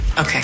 Okay